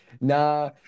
Nah